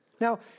Now